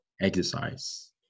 exercise